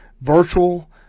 virtual